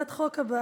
התשובה היא כן.